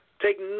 Take